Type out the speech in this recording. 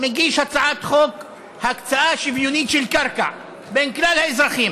מגיש הצעת חוק להקצאה שוויונית של קרקע בין כלל האזרחים.